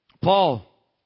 Paul